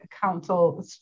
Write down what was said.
council